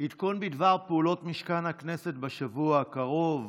עדכון בדבר פעולות משכן הכנסת בשבוע הקרוב,